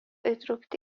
įtraukti